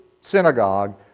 synagogue